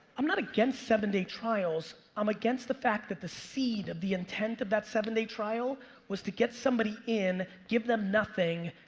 i'm not against seven-day trials. i'm against the fact that the seed of the intent of that seven-day trial was to get somebody in, give them nothing,